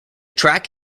track